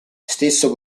stesso